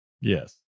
yes